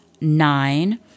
nine